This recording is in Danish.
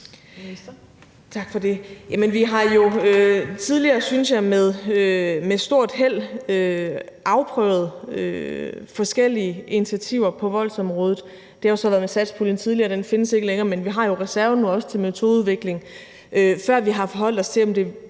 Tak for det. Vi har jo tidligere med stort held, synes jeg, afprøvet forskellige initiativer på voldsområdet. Det har jo så tidligere været med satspuljen, som ikke findes længere, men vi har jo også reserven til metodeudvikling. Men vi skal først forholde os til, om det vil